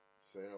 Say